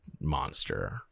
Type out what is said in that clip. monster